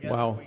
Wow